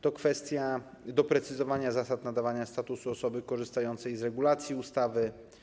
To kwestia doprecyzowania zasad nadawania statusu osoby korzystającej z regulacji ustawy.